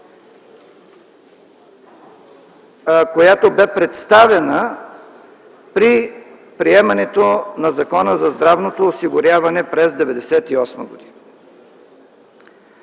която бе представена при приемането на Закона за здравното осигуряване през 1998 г.